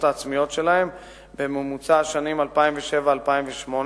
העצמיות שלהן בממוצע השנים 2007 2008,